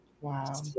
Wow